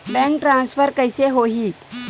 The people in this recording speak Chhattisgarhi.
बैंक ट्रान्सफर कइसे होही?